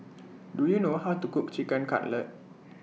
Do YOU know How to Cook Chicken Cutlet